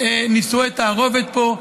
נישואי תערובת פה,